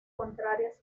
contrarias